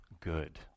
good